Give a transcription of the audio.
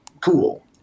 cool